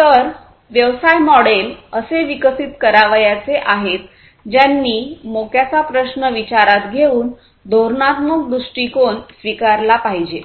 तर व्यवसाय मॉडेल असे विकसित करावयाचे आहेत ज्यांनी मोक्याचा प्रश्न विचारात घेऊन धोरणात्मक दृष्टीकोन स्वीकारला पाहिजे